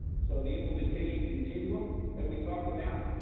so the implementation continuum that we talked about,